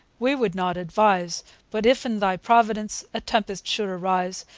we would not advise but if, in thy providence, a tempest should arise,